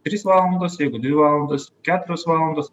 trys valandos jeigu dvi valandos keturios valandos